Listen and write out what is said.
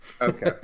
Okay